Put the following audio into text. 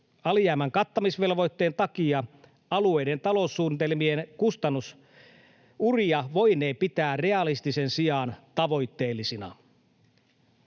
Alijäämän kattamisvelvoitteen takia alueiden taloussuunnitelmien kustannusuria voinee pitää realistisen sijaan tavoitteellisina.